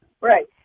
Right